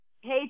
Hey